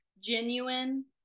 genuine